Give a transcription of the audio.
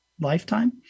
lifetime